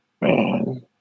Man